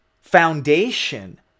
foundation